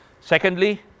Secondly